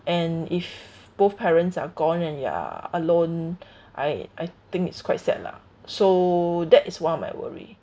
and if both parents are gone and you're alone I I think it's quite sad lah so that is one of my worry